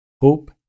hope